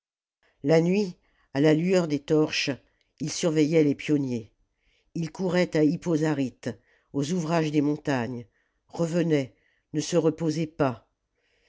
la nuit à la lueur des torches il surveillait les pionniers il courait à hippo zaryte aux ouvrages des montagnes revenait ne se reposait pas